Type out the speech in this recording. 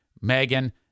Megan